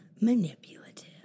manipulative